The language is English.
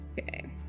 Okay